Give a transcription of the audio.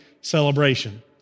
celebration